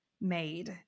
made